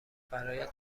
برایت